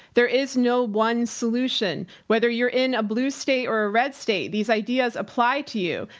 there is no one solution whether you're in a blue state or a red state. these ideas apply to you.